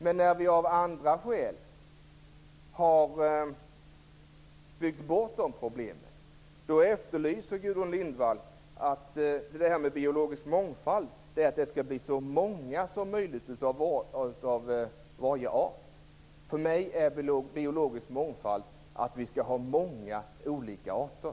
Men när vi av andra skäl har byggt bort de problemen, säger Gudrun Lindvall att biologisk mångfald är att det skall vara så många som möjligt av varje art. För mig är biologisk mångfald att vi skall ha många olika arter.